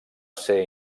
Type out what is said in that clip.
ser